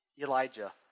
Elijah